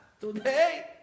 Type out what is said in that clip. Today